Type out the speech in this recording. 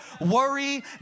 worry